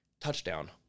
touchdown